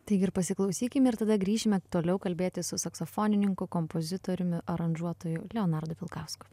taigi ir pasiklausykim ir tada grįšime toliau kalbėtis su saksofonininku kompozitoriumi aranžuotoju leonardu pilkausku